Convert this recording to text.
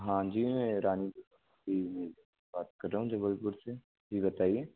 हाँ जी मैं रानी दुर्गावती से बात कर रहा हूँ जबलपुर से जी बताइए